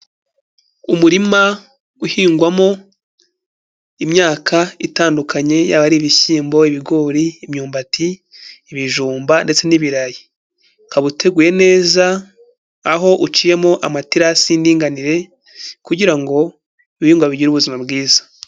Umurima uhingwamo imyaka itandukanye, yaba ari ibishyimbo, ibigori, imyumbati, ibijumba ndetse n'ibirayi, ukaba uteguye neza aho uciyemo amaterasi y'inganire kugira ngo ibihingwa bigire ubuzima bwiza.